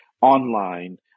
online